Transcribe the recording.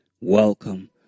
welcome